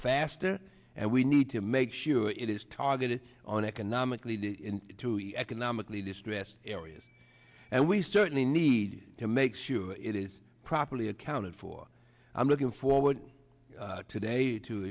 faster and we need to make sure it is targeted on economically to economically distressed areas and we certainly need to make sure it is properly accounted for i'm looking forward today to